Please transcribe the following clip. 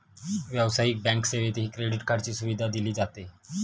व्यावसायिक बँक सेवेतही क्रेडिट कार्डची सुविधा दिली जाते